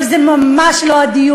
אבל זה ממש לא הדיון.